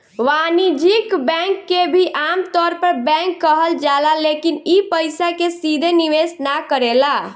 वाणिज्यिक बैंक के भी आमतौर पर बैंक कहल जाला लेकिन इ पइसा के सीधे निवेश ना करेला